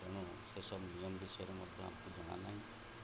ତେଣୁ ସେସବୁ ନିୟମ ବିଷୟରେ ମଧ୍ୟ ଆମକୁ ଜଣାନାହିଁ